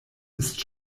ist